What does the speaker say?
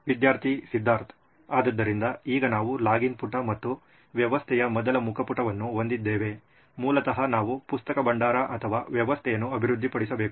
ವಿದ್ಯಾರ್ಥಿ ಸಿದ್ಧಾರ್ಥ್ ಆದ್ದರಿಂದ ಈಗ ನಾವು ಲಾಗಿನ್ ಪುಟ ಮತ್ತು ವ್ಯವಸ್ಥೆಯ ಮೊದಲ ಮುಖಪುಟವನ್ನು ಹೊಂದಿದ್ದೇವೆ ಮೂಲತಃ ನಾವು ಪುಸ್ತಕ ಭಂಡಾರ ಅಥವಾ ವ್ಯವಸ್ಥೆಯನ್ನು ಅಭಿವೃದ್ಧಿಪಡಿಸಬೇಕು